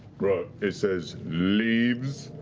right, it says, leaves,